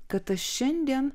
kad šiandien